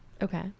okay